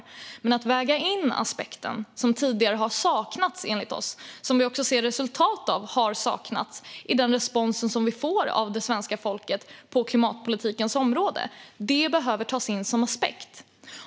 Det handlar om att väga in den aspekten, som tidigare har saknats enligt oss. Vi ser resultatet av att det har saknats i den respons som vi får av svenska folket på klimatpolitikens område. Det behöver tas in som aspekt.